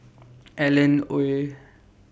Alan Oei